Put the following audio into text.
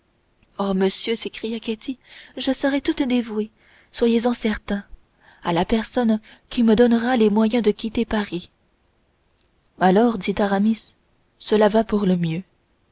oh monsieur s'écria ketty je serai toute dévouée soyez-en certain à la personne qui me donnera les moyens de quitter paris alors dit aramis cela va pour le mieux